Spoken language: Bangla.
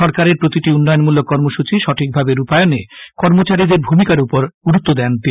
সরকারের প্রতিটি উন্নয়নমূলক কর্মসূচি সঠিকভাবে রূপায়নে কর্মচারীদের ভূমিকার উপর গুরুত্ব দেন তিনি